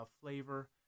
flavor